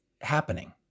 happening